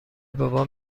بابام